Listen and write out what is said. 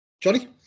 Johnny